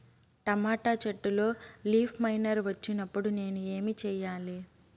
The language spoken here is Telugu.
టమోటా చెట్టులో లీఫ్ మైనర్ వచ్చినప్పుడు నేను ఏమి చెయ్యాలి?